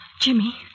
Jimmy